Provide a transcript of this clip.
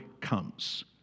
comes